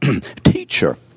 Teacher